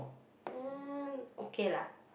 uh okay lah